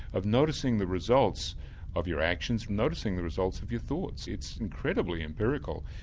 of noticing the results of your actions, noticing the results of your thoughts. it's incredibly empirical.